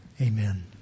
Amen